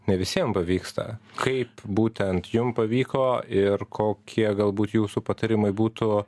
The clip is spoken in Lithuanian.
ne visiem pavyksta kaip būtent jum pavyko ir kokie galbūt jūsų patarimai būtų